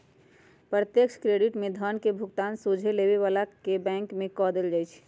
प्रत्यक्ष क्रेडिट में धन के भुगतान सोझे लेबे बला के बैंक में कऽ देल जाइ छइ